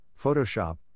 Photoshop